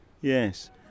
yes